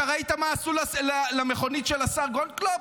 אתה ראית מה עשו למכונית של השר גולדקנופ?